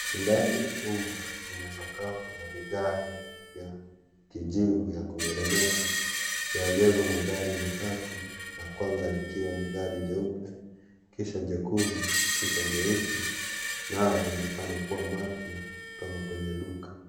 Ndani ya chumba chenye sakafu ya vigae ya kijivu ya kumeremeta yaegezwa magari matatu la kwanza likiwa ni gari jeupe, kisha jekundu, kisha cheusi nayo yaonekana kuwa mapya kutoka kwenye duka.